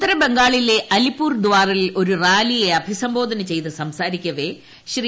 ഉത്തരബംഗാളിലെ അലിപ്പൂർദ്വാറിൽ ഒരു റാലിയെ അഭിസംബോധന ചെയ്തു സംസാരിക്കവെയാണ് ശ്രീ